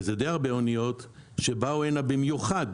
וזה די הרבה אניות, באו במיוחד